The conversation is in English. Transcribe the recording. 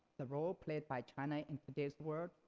the role played by china in today's world,